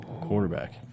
quarterback